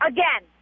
Again